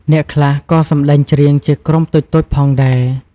អ្នកខ្លះក៏អាចសម្ដែងច្រៀងជាក្រុមតូចៗផងដែរ។